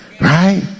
right